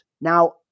Now